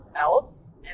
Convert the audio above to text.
else